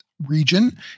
region